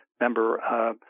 member